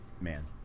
Man